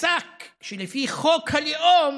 פסק שלפי חוק הלאום